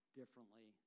differently